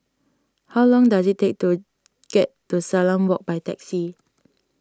how long does it take to get to Salam Walk by taxi